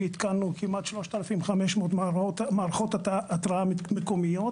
והתקנו כמעט 3,500 מערכות התרעה מקוריות,